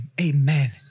Amen